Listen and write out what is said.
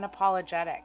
unapologetic